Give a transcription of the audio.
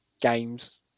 games